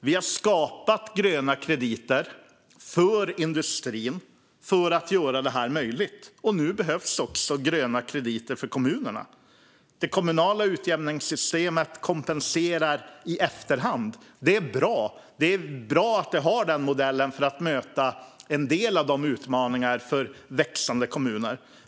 Vi har skapat gröna krediter för industrin och för att göra det här möjligt, och nu behövs också gröna krediter för kommunerna. Det kommunala utjämningssystemet kompenserar i efterhand, och det är bra att det har den modellen för att möta en del av utmaningarna för växande kommuner.